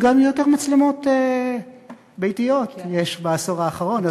וגם יש יותר מצלמות ביתיות בעשור האחרון.